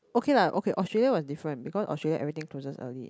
okay lah okay Australia was different because Australia everything closes early